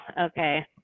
okay